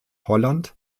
holland